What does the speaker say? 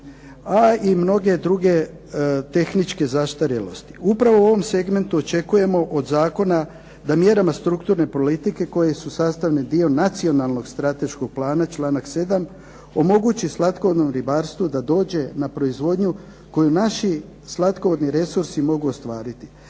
a i mnoge druge tehničke zastarjelosti. Upravo u ovom segmentu očekujemo od zakona da mjerama strukturne politike koji su sastavni dio nacionalnog strateškog plana članak 7. omogući slatkovodnom ribarstvu da dođe na proizvodnju koju naši slatkovodni resursi mogu ostvariti.